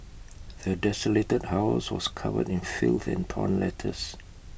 the desolated house was covered in filth and torn letters